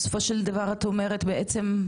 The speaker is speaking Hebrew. בסופו של דבר את אומרת בעצם,